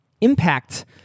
impact